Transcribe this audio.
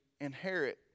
inherit